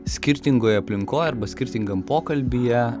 skirtingoj aplinkoj arba skirtingam pokalbyje